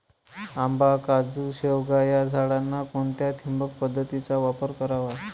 आंबा, काजू, शेवगा या झाडांना कोणत्या ठिबक पद्धतीचा वापर करावा?